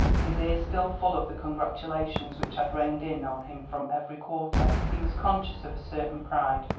his ears still full of the congratulations which had rained in on him from every quarter, he was conscious of a certain pride.